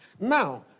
Now